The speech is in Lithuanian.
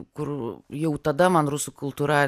kur jau tada man rusų kultūra